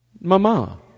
Mama